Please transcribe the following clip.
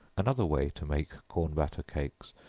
another way to make corn batter cakes,